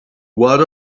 what